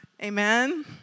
Amen